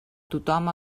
tothom